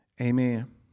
Amen